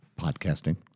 podcasting